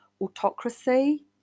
autocracy